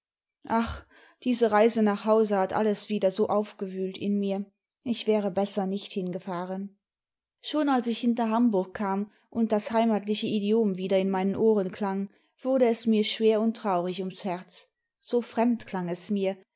ach diese reise nach hause hat alles wieder so aufgewühlt in mir ich wäre besser nicht hingefahren schon als ich hinter hamburg kam und das heimatliche idiom wieder in meinen ohren klang wurde es mir schwer und traurig ums herz so fremd klang es mir